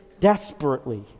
desperately